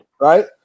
Right